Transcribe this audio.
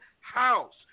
house